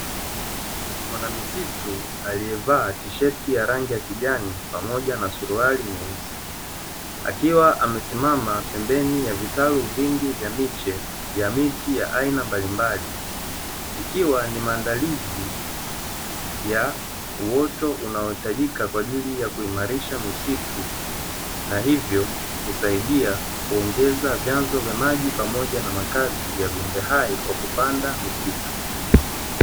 Mwanamisitu aliyevaa tisheti ya rangi ya kijani pamoja na suruali nyeusi akiwa amesimama pembeni ya vitalu vingi vya miche ya miti ya aina mbalimbali, ikiwa ni maandalizi ya uoto unaohitajika kwa ajili ya kuimarisha misitu na hivyo kusaidia kuongeza vyanzo vya maji pamoja na makazi ya viumbe hai kwa kupanda misitu.